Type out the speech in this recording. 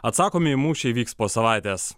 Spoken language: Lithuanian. atsakomieji mūšiai vyks po savaitės